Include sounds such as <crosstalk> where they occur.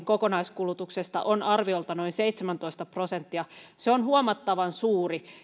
<unintelligible> kokonaiskulutuksesta on arviolta noin seitsemäntoista prosenttia se on huomattavan suuri